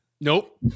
Nope